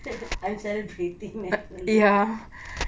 I'm celebrating national day